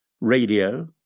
Radio